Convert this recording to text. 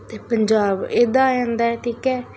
ਅਤੇ ਪੰਜਾਬ ਇਹਦਾ ਆ ਜਾਂਦਾ ਠੀਕ ਹੈ